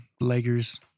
Lakers